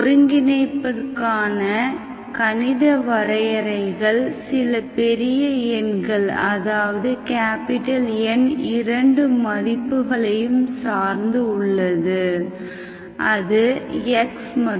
ஒருங்கிணைப்புக்கான கணித வரையறைகள் சில பெரிய எண்கள் அதாவது N இரண்டு மதிப்புகளையும் சார்ந்து உள்ளது அது x மற்றும்